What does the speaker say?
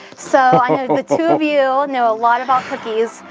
so i know the two of you know a lot about cookies.